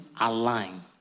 align